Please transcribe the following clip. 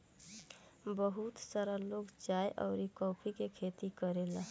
बहुत सारा लोग चाय अउरी कॉफ़ी के खेती करेला